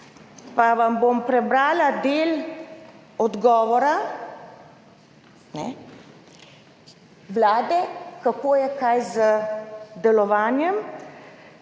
Pa vam bom prebrala del odgovora vlade, kako je kaj z delovanjem: